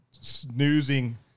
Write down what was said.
snoozing